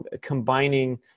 combining